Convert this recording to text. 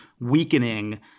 weakening